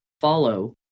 follow